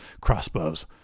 crossbows